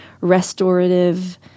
restorative